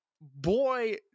Boy